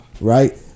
right